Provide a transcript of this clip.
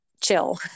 chill